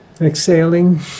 exhaling